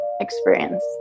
Experience